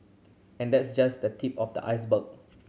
and that's just the tip of the iceberg